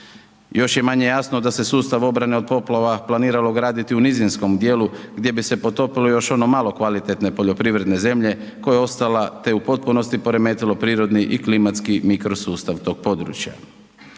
Još je manje jasno da se sustav obrane od poplava planiralo graditi u nizinskom djelu gdje bi se potopilo još malo kvalitetne poljoprivredne zemlje koja je ostala te u potpunosti poremetilo prirodni i klimatski mikrosustav tog područja.